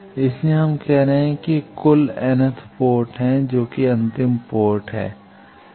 इसलिए हम कह रहे हैं कि इसकी कुल N पोर्ट है जो कि अंतिम पोर्ट है